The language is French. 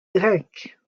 grecque